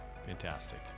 Fantastic